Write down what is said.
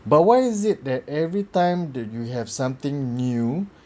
but why is it that everytime did you have something new